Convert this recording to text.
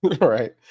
right